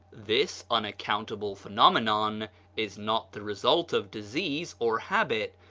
this unaccountable phenomenon is not the result of disease or habit,